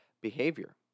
behavior